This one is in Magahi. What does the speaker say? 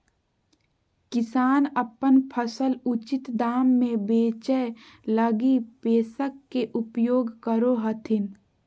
किसान अपन फसल उचित दाम में बेचै लगी पेक्स के उपयोग करो हथिन